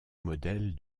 modèle